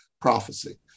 prophecy